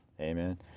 amen